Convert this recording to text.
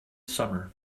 summer